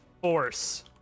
force